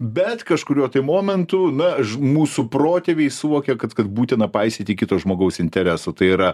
bet kažkuriuo tai momentu na ž mūsų protėviai suvokė kad kad būtina paisyti kito žmogaus interesų tai yra